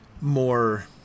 more